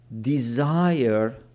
desire